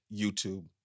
YouTube